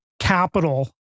capital